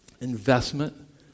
investment